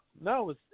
no